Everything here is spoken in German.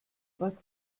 was